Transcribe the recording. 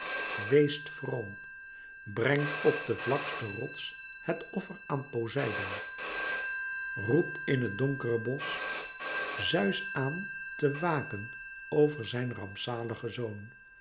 weest vroom brengt op den vlaksten rots het offer aan poseidoon roept in het donkere bosch zeus aan te waken over zijn rampzaligen zoon